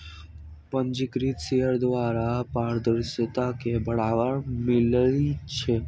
पंजीकृत शेयर द्वारा पारदर्शिता के बढ़ाबा मिलइ छै